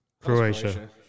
Croatia